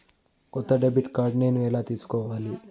కొత్త debit card నేను ఎలా తీసుకోవాలి?